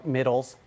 Middle's